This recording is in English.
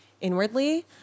inwardly